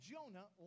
Jonah